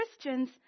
Christians